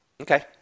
Okay